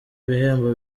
ibihembo